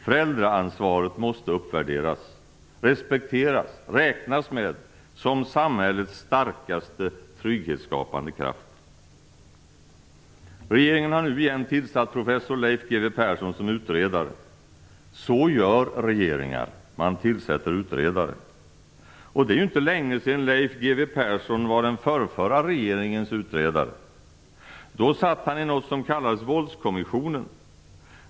Föräldraansvaret måste uppvärderas, respekteras, räknas med, som samhällets starkaste trygghetsskapande kraft. Regeringen har nu igen tillsatt professor Leif G W Persson som utredare. Så gör regeringar. Man tillsätter utredare. Det är inte länge sedan Leif G W Persson var den förrförra regeringens utredare. Då satt han i något som kallades Våldskommissionen.